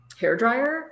hairdryer